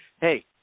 Hey